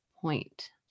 point